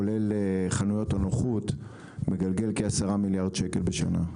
כולל חנויות נוחות, מגלגל כעשרה מיליארד שקל בשנה.